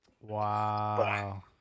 Wow